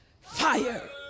fire